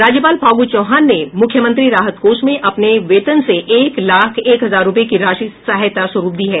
राज्यपाल फागू चौहान ने मुख्यमंत्री राहत कोष में अपने वेतन से एक लाख एक हजार रूपये की राशि सहायता स्वरूप दी है